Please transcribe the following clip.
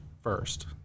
first